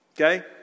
Okay